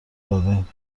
دادهایم